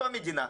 לא המדינה.